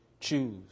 Choose